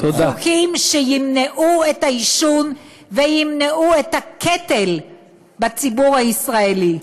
חוקים שימנעו עישון וימנעו את הקטל בציבור הישראלי.